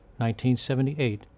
1978